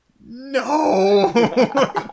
No